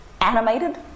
animated